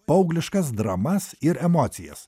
paaugliškas dramas ir emocijas